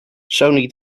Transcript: sony